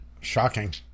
shocking